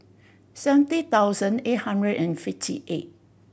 seventy thousand eight hundred and fifty eight